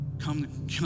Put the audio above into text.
come